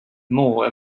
more